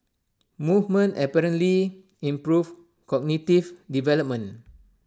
movement apparently improves cognitive development